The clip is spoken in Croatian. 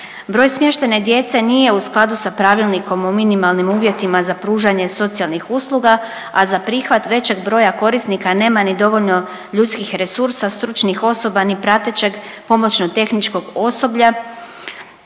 Broj smještajne djece nije u skladu sa Pravilnikom o minimalnim uvjetima za pružanje socijalnih usluga, a za prihvat većeg broja korisnika nema ni dovoljno ljudskih resursa, stručnih osoba ni pratećeg pomoćno-tehničkog osoblja